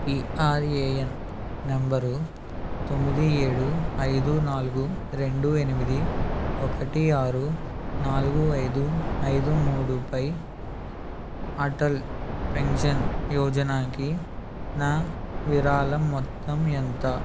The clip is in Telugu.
పిఆర్ఏఎన్ నంబరు తొమ్మిది ఏడు ఐదు నాలుగు రెండు ఎనిమిది ఒకటి ఆరు నాలుగు ఐదు ఐదు మూడు పై అటల్ పెన్షన్ యోజనాకి నా విరాళం మొత్తం ఎంత